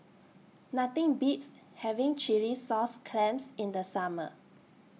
Nothing Beats having Chilli Sauce Clams in The Summer